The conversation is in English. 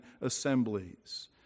assemblies